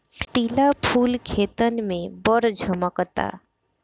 पिला फूल खेतन में बड़ झम्कता